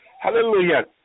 Hallelujah